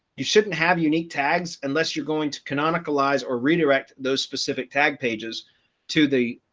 you shouldn't have unique tags, unless you're going to canonical lies or redirect those specific tag pages to the,